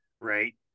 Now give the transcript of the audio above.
right